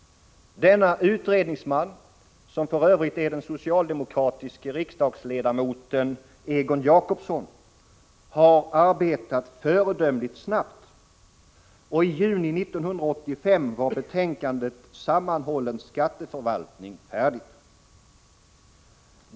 Denna utredningsman, som f. ö. är den socialdemokratiske riksdagsledamoten Egon Jacobsson, har arbetat föredömligt snabbt, och i juni 1985 var betänkandet Sammanhållen skatteförvaltning färdigt.